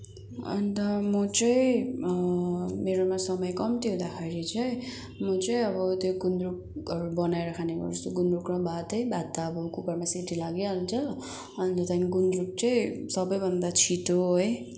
अन्त म चाहिँ मेरोमा समय कम्ती हुँदाखेरि चाहिँ म चाहिँ अब त्यो गुन्द्रुकहरू बनाएर खाने गर्छु गुन्द्रुक र भात है भात त अब कुकरमा सिटी लागिहाल्छ अनि चाहिँ गुन्द्रुक चाहिँ सबैभन्दा छिटो है